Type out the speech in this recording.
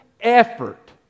effort